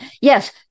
Yes